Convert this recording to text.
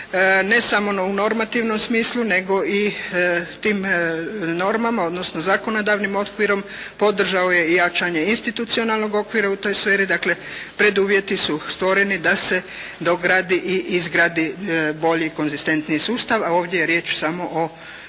ne samo u normativnom smislu nego i tim normama odnosno zakonodavnim okvirom podržao je jačanje institucionalnog okvira u toj sferi, dakle preduvjeti su stvoreni da se izgradi i dogradi bolji konzistentniji sustav, a ovdje je riječ samo o